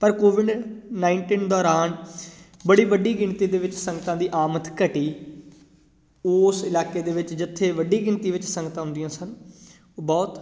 ਪਰ Covid nineteen ਦੌਰਾਨ ਬੜੀ ਵੱਡੀ ਗਿਣਤੀ ਦੇ ਵਿੱਚ ਸੰਗਤਾਂ ਦੀ ਆਮਦ ਘਟੀ ਓਸ ਇਲਾਕੇ ਦੇ ਵਿੱਚ ਜਿੱਥੇ ਵੱਡੀ ਗਿਣਤੀ ਵਿੱਚ ਸੰਗਤਾਂ ਆਉਂਦੀਆਂ ਸਨ ਉਹ ਬਹੁਤ